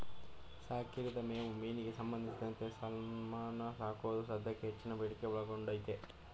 ಸಾಕಿರದ ಮೇವು ಮೀನಿಗೆ ಸಂಬಂಧಿಸಿದಂತೆ ಸಾಲ್ಮನ್ ಸಾಕೋದು ಸದ್ಯಕ್ಕೆ ಹೆಚ್ಚಿನ ಬೇಡಿಕೆ ಒಳಗೊಂಡೈತೆ